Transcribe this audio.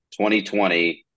2020